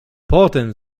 potem